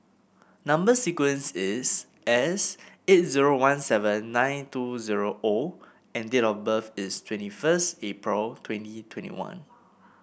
number sequence is S eight zero one seven nine two zero O and date of birth is twenty first April twenty twenty one